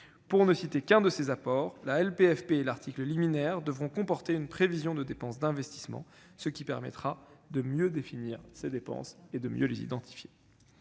paritaire. Par exemple, la LPFP et l'article liminaire devront comporter une prévision de dépenses d'investissement, ce qui permettra de mieux définir ces dépenses et de les identifier.